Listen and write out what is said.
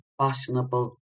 fashionable